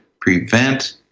prevent